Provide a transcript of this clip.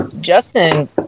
Justin